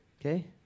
okay